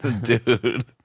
dude